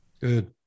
Good